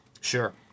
Sure